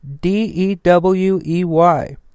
D-E-W-E-Y